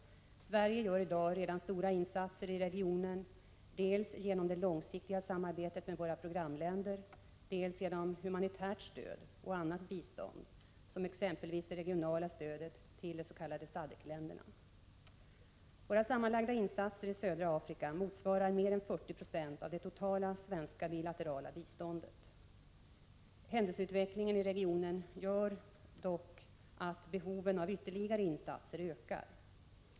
Sverige gör i dag redan stora insatser i regionen, dels genom det långsiktiga samarbetet med våra programländer, dels genom humanitärt stöd och annat bistånd som exempelvis det regionala stödet till de s.k. SADCC-länderna. Våra sammanlagda insatser i södra Afrika motsvarar mer än 40 96 av det totala svenska bilaterala biståndet. Händelseutvecklingen i regionen gör dock att behoven av ytterligare insatser ökar.